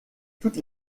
toutes